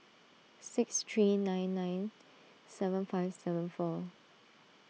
six three nine nine seven five seven four